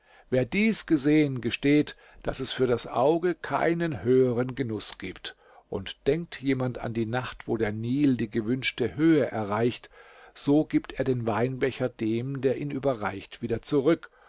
wer dies gesehen gesteht daß es für das auge keinen höheren genuß gibt und denkt jemand an die nacht wo der nil die gewünschte höhe erreicht so gibt er den weinbecher dem der ihn überreicht wieder zurück